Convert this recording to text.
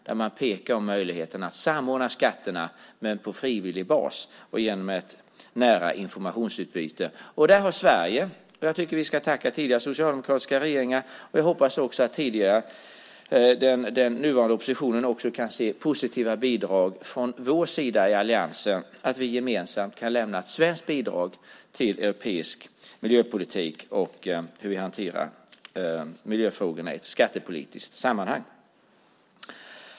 Det pekar på möjligheterna att samordna skatterna men på frivillig bas och genom ett nära informationsutbyte. Där tycker jag att vi ska tacka tidigare socialdemokratiska regeringar. Jag hoppas också att den nuvarande oppositionen kan se positiva bidrag från vår sida i alliansen så att vi gemensamt kan lämna ett svenskt bidrag till europeisk miljöpolitik och hur vi hanterar miljöfrågorna i ett skattepolitiskt sammanhang.